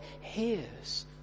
hears